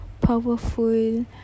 powerful